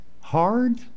hard